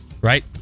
right